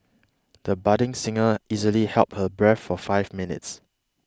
the budding singer easily held her breath for five minutes